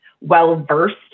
well-versed